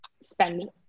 spend